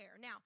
Now